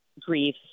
grief